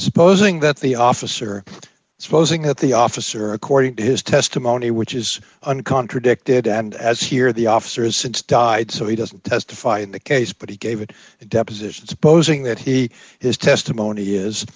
supposing that the officer supposing that the officer according to his testimony which is uncontradicted and as here the officer has since died so he doesn't testify in the case but he gave it a deposition supposing that he his testimony is